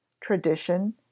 tradition